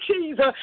Jesus